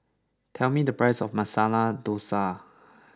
tell me the price of Masala Dosa